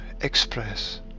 express